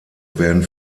werden